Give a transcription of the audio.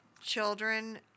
children